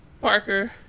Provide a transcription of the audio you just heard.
Parker